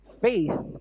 faith